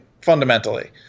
fundamentally